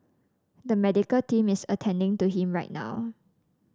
the medical team is attending to him right now